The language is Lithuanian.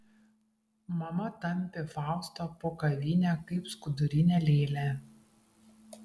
mama tampė faustą po kavinę kaip skudurinę lėlę